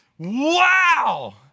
wow